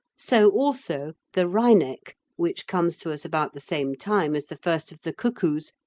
so also the wryneck, which comes to us about the same time as the first of the cuckoos,